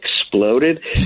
exploded